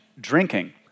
drinking